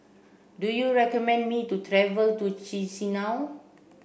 do you recommend me to travel to Chisinau